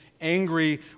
angry